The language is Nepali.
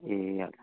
ए हजुर